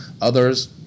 Others